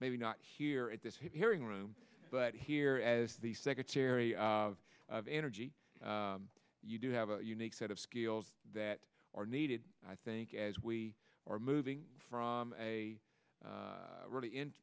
maybe not here at this hearing room but here as the secretary of energy you do have a unique set of skills that are needed i think as we are moving from a really in